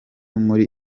muri